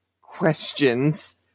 questions